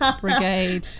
brigade